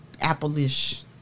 apple-ish